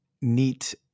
neat